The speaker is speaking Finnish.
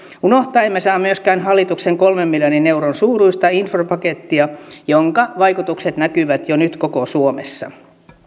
unohtaa emme saa myöskään hallituksen kolmen miljardin euron suuruista infrapakettia jonka vaikutukset näkyvät jo nyt koko suomessa